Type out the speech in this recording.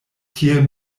tiel